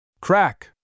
Crack